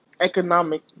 economic